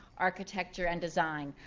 architecture, and design.